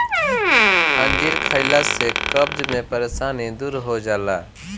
अंजीर खइला से कब्ज के परेशानी दूर हो जाला